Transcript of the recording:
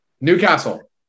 Newcastle